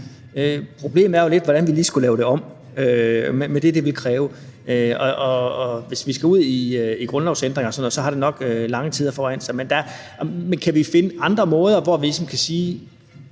Problemet er jo lidt, hvordan vi lige skulle lave det om med det, det ville kræve, og hvis vi skal ud i grundlovsændringer og sådan noget, har det nok lidt lange udsigter. Men måske kan vi finde andre måder at håndtere